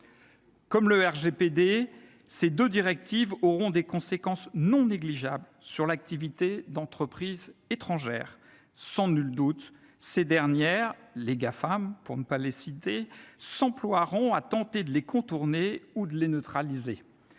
Comme le RGPD, ces deux directives auront des conséquences non négligeables sur l'activité d'entreprises étrangères. Sans nul doute, ces dernières-les Gafam, pour ne pas les citer -s'emploieront à les contourner ou à les neutraliser.